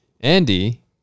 Andy